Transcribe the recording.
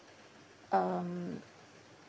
um